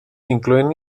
incloent